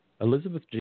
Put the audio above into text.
Elizabeth